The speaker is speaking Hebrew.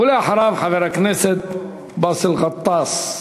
ואחריו, חבר הכנסת באסל גטאס.